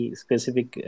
specific